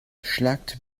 schlagt